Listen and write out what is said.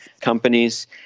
companies